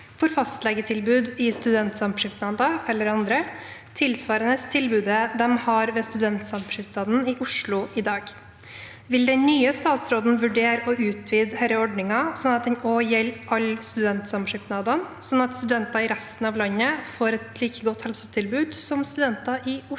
for fastlegetilbud i studentsamskipnader eller andre, tilsvarende tilbudet de har ved Studentskipnaden i Oslo. Vil den nye statsråden vurdere å utvide denne ordningen til å gjelde alle studentsamskipnadene, slik at studenter i resten av landet får et like godt helsetilbud som studentene i Oslo?»